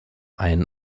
einen